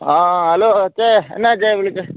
ആ ഹലോ കൊച്ചേ എന്നാ കൊച്ചേ വിളിച്ചത്